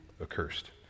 accursed